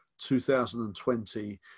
2020